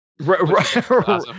Right